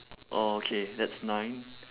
oh okay that's nine